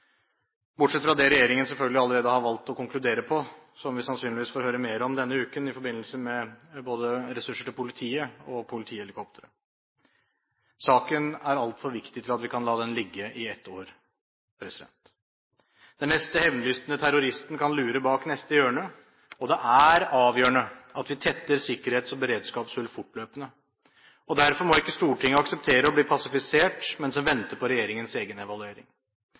bortsett fra det regjeringen selvfølgelig allerede har valgt å konkludere med – som vi sannsynligvis får høre mer om denne uken i forbindelse med ressurser til både politiet og politihelikopter. Saken er altfor viktig til at vi kan la den ligge i ett år. Den neste hevnlystne terroristen kan lure bak neste hjørne, og det er avgjørende at vi tetter sikkerhets- og beredskapshull fortløpende. Derfor må ikke Stortinget akseptere å bli passivisert mens en venter på regjeringens egen evaluering.